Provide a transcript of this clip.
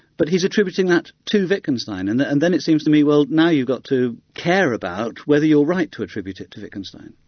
but he's attributing that to wittgenstein, and and then it seems to me, well, now you've got to care about whether you're right to attribute it to wittgenstein.